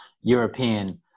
European